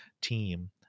team